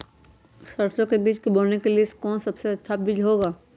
सरसो के बीज बोने के लिए कौन सबसे अच्छा बीज होगा?